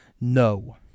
No